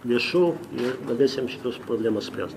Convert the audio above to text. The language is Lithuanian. lėšų ir pradėsim šitos problemas spręs